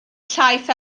llaeth